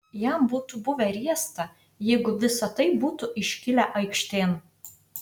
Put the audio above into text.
jam būtų buvę riesta jeigu visa tai būtų iškilę aikštėn